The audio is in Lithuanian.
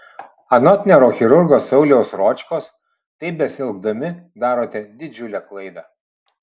anot neurochirurgo sauliaus ročkos taip besielgdami darote didžiulę klaidą